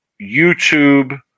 YouTube